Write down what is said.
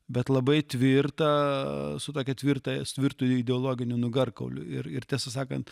bet labai tvirtą su tokia tvirta tvirtu ideologiniu nugarkauliu ir ir tiesą sakant